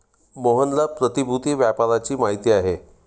मोहनला प्रतिभूति व्यापाराची माहिती आहे